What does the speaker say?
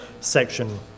section